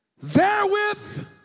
Therewith